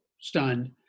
stunned